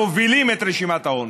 מובילים את רשימת העוני.